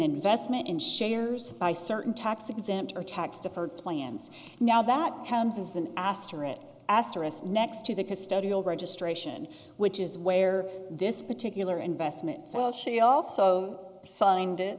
investment in shares by certain tax exempt or tax deferred plans now that comes as an asterisk asterisk next to the custodial registration which is where this particular investment thought she also signed it